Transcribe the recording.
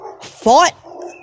fought